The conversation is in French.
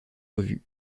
revues